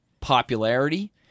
popularity